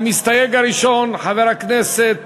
המסתייג הראשון, חבר הכנסת